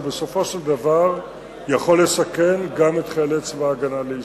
שבסופו של דבר יכול לסכן גם את חיילי צבא-הגנה לישראל.